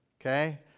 Okay